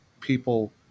people